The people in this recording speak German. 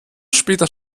später